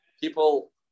People